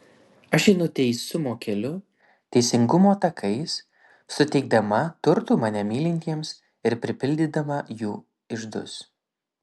aš einu teisumo keliu teisingumo takais suteikdama turtų mane mylintiems ir pripildydama jų iždus